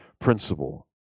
principle